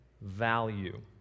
value